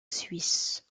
suisse